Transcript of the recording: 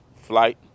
flight